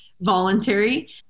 voluntary